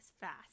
fast